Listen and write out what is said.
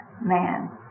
man